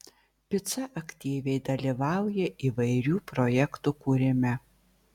pica aktyviai dalyvauja įvairių projektų kūrime